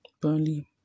Burnley